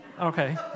Okay